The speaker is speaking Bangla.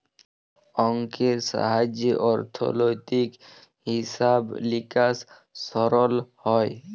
অংকের সাহায্যে অথ্থলৈতিক হিছাব লিকাস সরল হ্যয়